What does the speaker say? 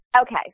Okay